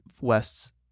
west